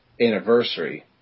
anniversary